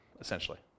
essentially